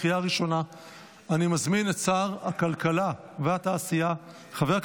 אושרה בקריאה טרומית ותעבור לדיון